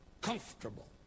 Comfortable